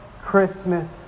Christmas